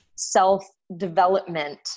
self-development